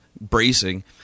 bracing